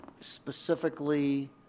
specifically